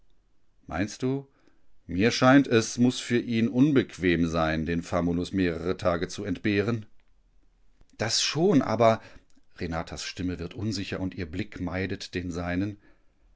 meinst du mir scheint es muß für ihn unbequem sein den famulus mehrere tage zu entbehren das schon aber renatas stimme wird unsicher und ihr blick meidet den seinen